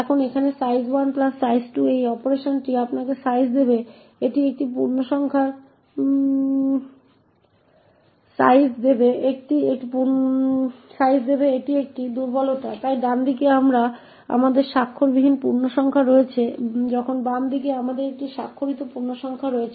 এখন এখানে size plus size 2 এই অপারেশনটি আপনাকে সাইজ দেবে এটি একটি দুর্বলতা তাই ডানদিকে আমাদের স্বাক্ষরবিহীন পূর্ণসংখ্যা রয়েছে যখন বাম দিকে আমাদের একটি স্বাক্ষরিত পূর্ণসংখ্যা রয়েছে